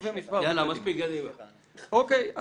אוקיי.